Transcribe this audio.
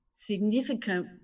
significant